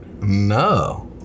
no